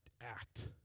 act